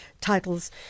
titles